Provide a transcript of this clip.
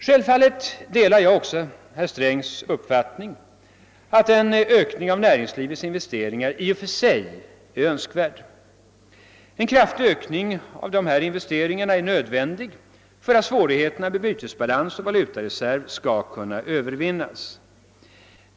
Självfallet delar jag herr Strängs uppfattning att en ökning av näringslivets investeringar i och för sig är önskvärd. En kraftig ökning av dessa investeringar är nödvändig för att svårigheterna med bytesbalans och valutareserv skall kunna övervinnas.